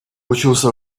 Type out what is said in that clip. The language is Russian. учился